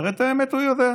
הרי את האמת הוא יודע.